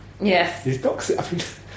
Yes